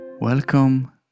Welcome